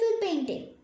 painting